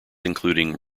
including